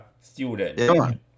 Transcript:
student